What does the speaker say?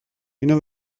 اینو